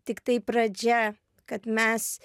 tiktai pradžia kad mes